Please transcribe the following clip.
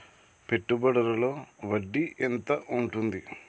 పెట్టుబడుల లో వడ్డీ ఎంత ఉంటది?